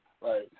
Right